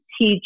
teach